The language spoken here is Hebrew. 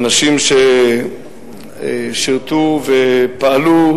אנשים ששירתו ופעלו,